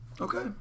Okay